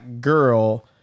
girl